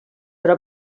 però